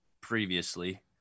previously